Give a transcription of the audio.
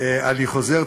אני חוזר.